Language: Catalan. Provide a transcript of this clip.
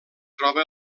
troba